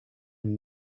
une